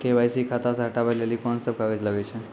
KYC खाता से हटाबै लेली कोंन सब कागज लगे छै?